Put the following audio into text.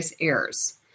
errors